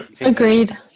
Agreed